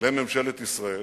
לממשלת ישראל